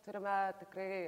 turime tikrai